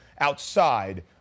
outside